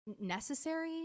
necessary